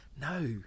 no